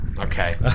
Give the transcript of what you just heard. Okay